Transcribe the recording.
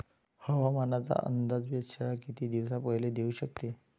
हवामानाचा अंदाज वेधशाळा किती दिवसा पयले देऊ शकते?